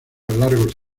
largos